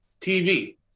TV